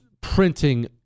printing